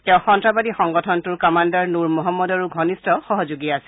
তেওঁ সন্তাসবাদী সংগঠনটোৰ কমাণ্ডাৰ নুৰ মহম্মদৰো ঘনিষ্ট সহযোগী আছিল